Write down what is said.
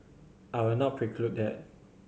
I will not preclude that